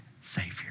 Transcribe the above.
savior